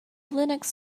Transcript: linux